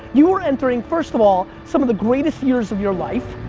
you are entering, first of all, some of the greatest years of your life,